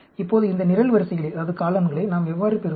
இப்போது இந்த நிரல்வரிசைகளை நாம் எவ்வாறு பெறுவது